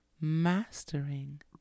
mastering